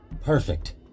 Perfect